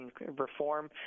reform